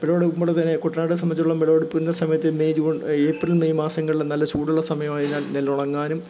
വിളവെടുക്കുമ്പോൾത്തന്നെ കുട്ടനാടിനെ സംബന്ധിച്ചിടത്തോളം വിളവെടുപ്പിന്റെ സമയത്ത് മെയ് ജൂൺ ഏപ്രിൽ മെയ് മാസങ്ങളില് നല്ല ചൂടുള്ള സമയമായതിനാൽ നെല്ലുണങ്ങാനും